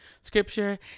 scripture